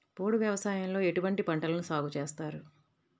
పోడు వ్యవసాయంలో ఎటువంటి పంటలను సాగుచేస్తారు?